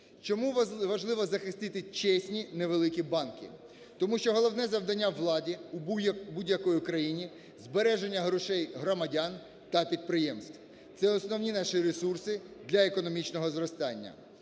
Чому важливо захистити чесні невеликі банки? Тому що головне завдання влади будь-якої країни – збереження грошей громадян та підприємств, це основні наші ресурси для економічного зростання.